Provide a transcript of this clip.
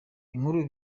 inkuru